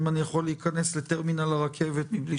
אם אני יכול להיכנס לטרמינל הרכבת מבלי